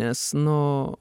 nes nu